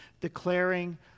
declaring